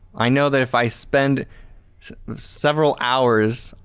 i know that if i spend several hours,